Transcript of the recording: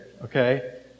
okay